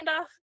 off